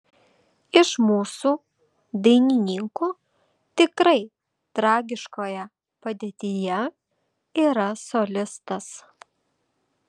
iš mūsų dainininkų tikrai tragiškoje padėtyje yra solistas